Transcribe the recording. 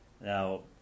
Now